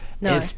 No